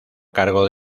cargo